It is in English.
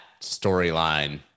storyline